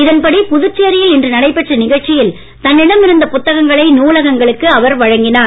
இதன்படி புதுச்சேரியில் இன்று நடைபெற்ற நிகழ்ச்சியில் தன்னிடம் இருந்த புத்தகங்களை நூலகங்களுக்கு வழங்கினார்